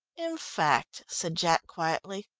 in fact, said jack quietly,